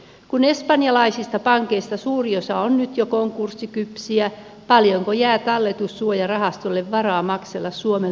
kun espanjalaisista pankeista suuri osa on nyt jo konkurssikypsiä paljonko jää talletussuojarahastolle varaa maksella suomelle vakuuksia